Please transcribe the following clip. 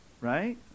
Right